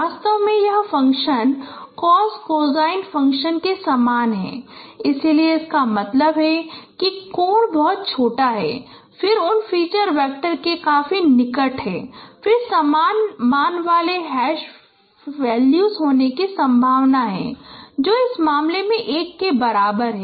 वास्तव में यह फ़ंक्शन कॉस कोसाइन फ़ंक्शन के समान है इसलिए इसका मतलब है कि कोण बहुत छोटा है फिर उन फ़ीचर वैक्टर के काफी निकट हैं और फिर समान मान वाले हैश वैल्यू होने की संभावना है जो इस मामले में 1 के बराबर है